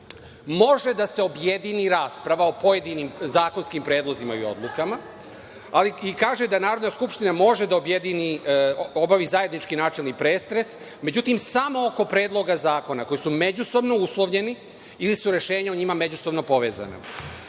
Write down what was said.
može da se objedini rasprava o pojedinim zakonskim predlozima i odlukama i kaže da Narodna skupština može da obavi zajednički načelni pretres međutim samo oko predloga zakona koji su međusobno uslovljeni ili su rešenja o njima međusobno povezana.